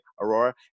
Aurora